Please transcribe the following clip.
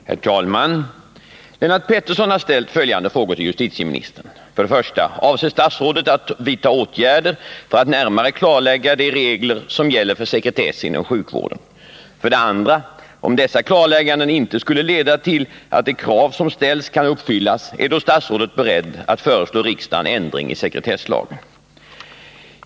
Herr talman! Lennart Pettersson har ställt följande frågor till justitieministern: 1. Avser statsrådet att vidta åtgärder för att närmare klarlägga de regler 2. Om dessa klarlägganden inte skulle leda till att de krav som ställs kan uppfyllas, är då statsrådet beredd att föreslå riksdagen ändring i sekretesslagen?